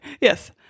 Yes